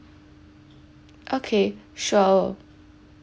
okay sure